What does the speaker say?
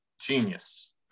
genius